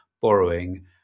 borrowing